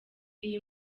iyi